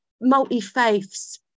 multi-faiths